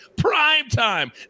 primetime